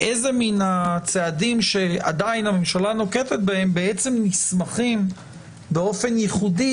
איזה מן הצעדים שעדיין הממשלה נוקטת בהם בעצם נסמכים באופן ייחודי